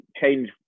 change